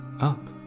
up